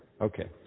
Okay